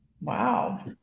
Wow